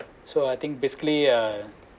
so I think basically uh